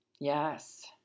Yes